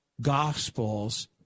Gospels